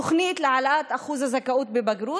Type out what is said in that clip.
תוכנית להעלאת אחוז הזכאות בבגרות,